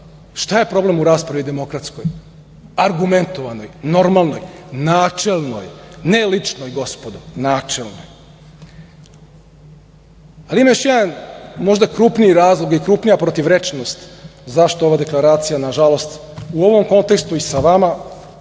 Šta je problem u raspravi demokratskoj, argumentovanoj, normalnoj, načelnoj, ne ličnoj, gospodo, načelnoj? Ima još jedan možda krupniji razlog i krupnija protivrečnost zašto ova deklaracija, nažalost, u ovom kontekstu i sa vama